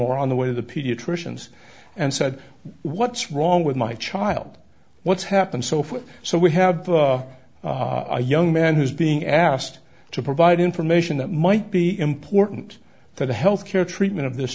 or on the way the pediatricians and said what's wrong with my child what's happened so far so we have a young man who's being asked to provide information that might be important for the health care treatment of this